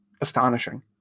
astonishing